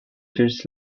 first